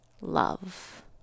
love